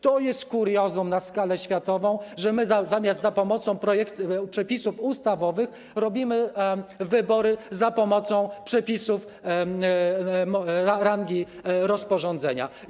To jest kuriozum na skalę światową, że zamiast za pomocą przepisów ustawowych robimy wybory za pomocą przepisów rangi rozporządzenia.